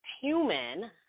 human